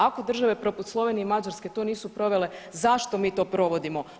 Ako države poput Slovenije i Mađarske to nisu provele, zašto mi to provodimo?